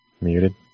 Muted